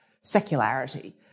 Secularity